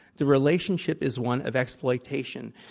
the relationship is one of exploitation,